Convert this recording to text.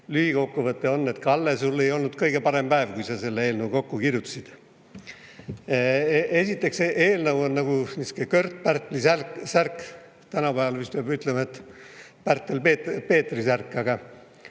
lühikokkuvõte on, et Kalle, sul ei olnud kõige parem päev, kui sa selle eelnõu kokku kirjutasid. Esiteks, eelnõu on nagu Kört-Pärtli särk, tänapäeval vist peab ütlema, et Pärtel-Peetri särk.